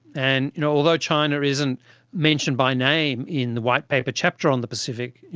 and you know although china isn't mentioned by name in the white paper chapter on the pacific,